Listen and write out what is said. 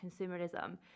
consumerism